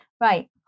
Right